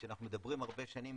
כשאנחנו מדברים הרבה שנים